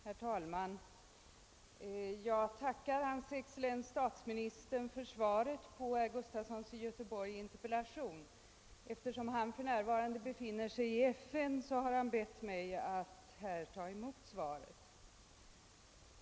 Herr talman! Jag tackar hans excellens statsministern för svaret på herr Gustafsons i Göteborg interpellation. Herr Gustafson befinner sig för närvarande i FN och har bett mig att här ta emot svaret.